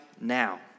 now